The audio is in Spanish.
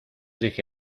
dije